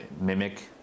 mimic